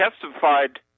testified